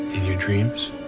your dreams?